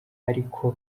ariko